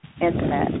Internet